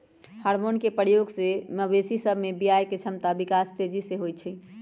hormone के प्रयोग से मवेशी सभ में बियायके क्षमता विकास तेजी से होइ छइ